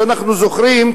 שאנחנו זוכרים,